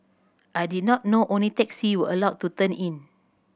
I did not know only taxi were allowed to turn in